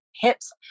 hips